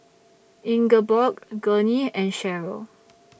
Ingeborg Gurney and Cheryll